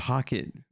Pocket